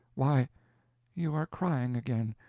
why you are crying again.